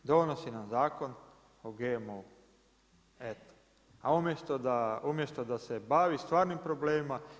Donosi nam zakon o GMO-u, a umjesto da se bavi stvarnim problemima.